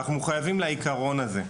אנחנו מחויבים לעיקרון הזה.